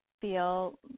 feel